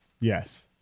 Yes